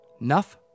Enough